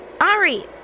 Ari